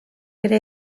ere